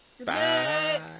bye